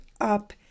up